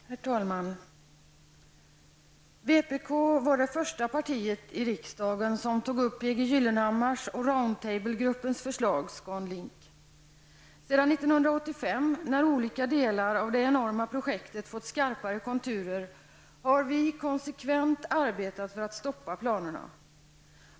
Herr talman! Vpk var det första partiet i riksdagen som tog upp P G Gyllenhammars och Round Table-gruppens förslag Scan Link. Sedan 1985, när olika delar av det enorma projektet fått skarpare konturer, har vi konsekvent arbetat för att stoppa planerna.